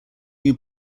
new